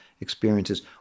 experiences